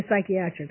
psychiatric